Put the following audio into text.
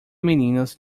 meninas